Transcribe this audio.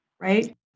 Right